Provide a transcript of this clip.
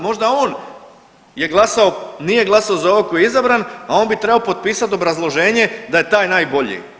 Možda on je glasao, nije glasao za ovog koji je izabran, a on bi trebao potpisat obrazloženje da je taj najbolji.